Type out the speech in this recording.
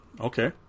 Okay